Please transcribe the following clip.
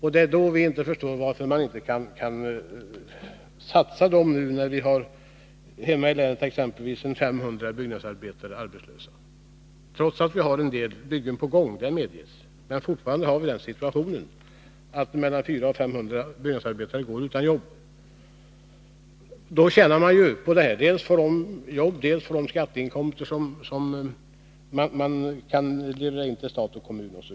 Vi förstår inte varför man inte kan satsa på dessa byggen nu, när vi t.ex. i vårt län har 500 byggnadsarbetare arbetslösa, trots att vi har en del byggen på gång — det medges. Men fortfarande har vi den situationen att mellan 400 och 500 byggnadsarbetare går utan jobb. Man skulle tjäna på att sätta i gång dessa byggen dels i form av minskad arbetslöshet, dels i form av ökade inkomster till stat och kommun.